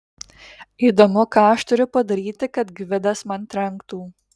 įdomu ką aš turiu padaryti kad gvidas man trenktų